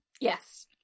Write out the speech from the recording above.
Yes